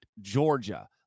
Georgia